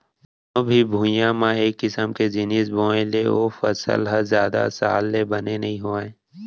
कोनो भी भुइंया म एक किसम के जिनिस बोए ले ओ फसल ह जादा साल ले बने नइ होवय